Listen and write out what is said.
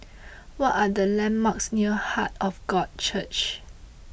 what are the landmarks near Heart of God Church